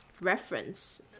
reference